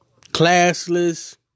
Classless